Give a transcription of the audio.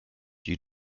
due